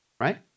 right